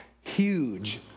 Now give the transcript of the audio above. huge